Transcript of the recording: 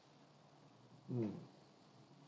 mm